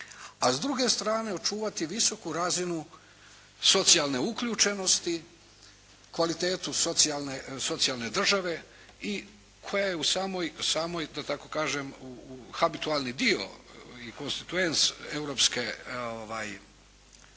a s druge strane očuvati visoku razinu socijalne uključenosti, kvalitetu socijalne države i koja je u samoj, da tako kažem u habitualni dio i constituens europske i